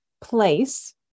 place